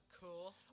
Cool